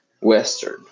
Western